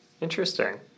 Interesting